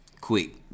Quick